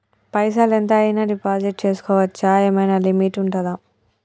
పైసల్ ఎంత అయినా డిపాజిట్ చేస్కోవచ్చా? ఏమైనా లిమిట్ ఉంటదా?